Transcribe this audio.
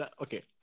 Okay